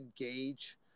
engage